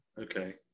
Okay